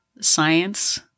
science